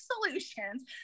solutions